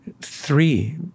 three